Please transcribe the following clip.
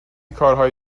کارهای